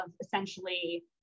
essentially